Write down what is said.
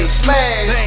smash